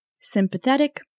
sympathetic